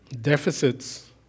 deficits